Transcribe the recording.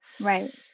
Right